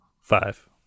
Five